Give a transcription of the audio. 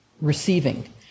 receiving